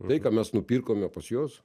tai ką mes nupirkome pas juos